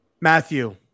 Matthew